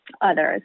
others